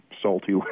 salty